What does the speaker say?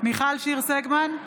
מיכל שיר סגמן,